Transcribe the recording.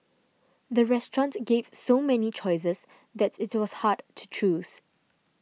the restaurant gave so many choices that it was hard to choose